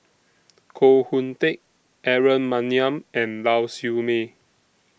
Koh Hoon Teck Aaron Maniam and Lau Siew Mei